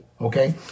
okay